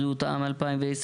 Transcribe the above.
בריאות העם (תקני איכות מי קולחין וכללים לטיהור שפכים),